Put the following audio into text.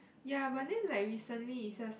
ya but then like recently is just